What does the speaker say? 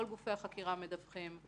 כל גופי החקירה מדווחים.